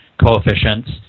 coefficients